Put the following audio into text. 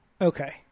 Okay